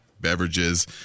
beverages